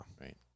Right